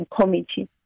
Committee